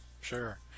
Sure